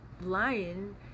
lion